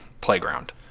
playground